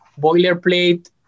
boilerplate